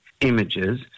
images